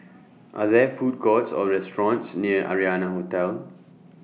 Are There Food Courts Or restaurants near Arianna Hotel